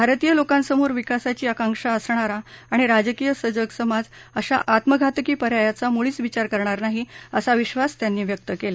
भारतीय लोकांसमोर विकासाची आकांक्षा असणारा आणि राजकीय सजग समाज अशा आत्मघातकी पर्यायाचा मुळीच विचार करणार नाही असा विश्वास त्यांनी व्यक्त केला